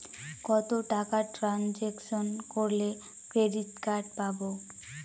কত টাকা ট্রানজেকশন করলে ক্রেডিট কার্ড পাবো?